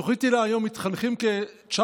בתוכנית היל"ה מתחנכים היום כ-9,000